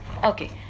Okay